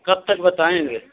कब तक बताएँगे